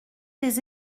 des